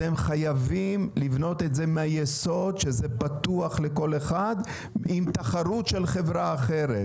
אתם חייבים לבנות את זה מהיסוד שזה פתוח לכל אחד עם תחרות של חברה אחרת.